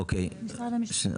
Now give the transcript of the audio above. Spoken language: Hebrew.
משרד הבריאות.